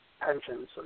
pensions